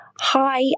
Hi